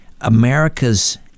America's